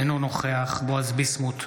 אינו נוכח בועז ביסמוט,